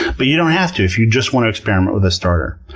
but you don't have to if you just want to experiment with a starter.